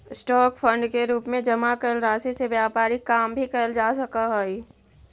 stock fund के रूप में जमा कैल राशि से व्यापारिक काम भी कैल जा सकऽ हई